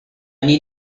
need